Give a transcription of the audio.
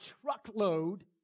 truckload